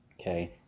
okay